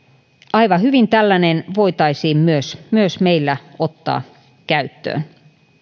aivan hyvin tällainen voitaisiin myös myös meillä ottaa käyttöön